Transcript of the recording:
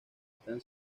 están